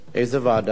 איזו ועדה?